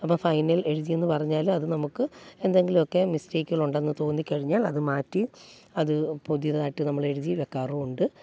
അപ്പോൾ ഫൈനൽ എഡിറ്റിങ്ങെന്നു പറഞ്ഞാൽ അത് നമുക്ക് എന്തെങ്കിലുമൊക്കെ മിസ്റ്റേക്കുകളുണ്ടെന്നു തോന്നിക്കഴിഞ്ഞാൽ അതു മാറ്റി അത് പുതിയതായിട്ട് നമ്മളെഴുതി വെക്കാറുണ്ട്